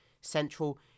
Central